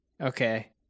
okay